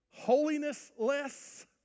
holinessless